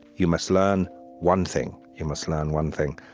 you must learn one thing. you must learn one thing.